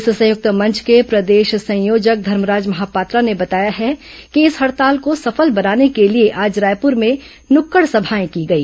इस संयुक्त मंच के प्रदेश संयोजक धर्मराज महापात्रा ने बताया है कि इस हड़ताल को सफल बनाने के लिए आज रायपुर में नुक्कड़ समाए की गई